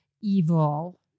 evil